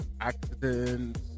Accidents